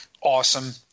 awesome